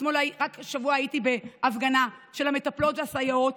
רק השבוע הייתי בהפגנה של המטפלות והסייעות.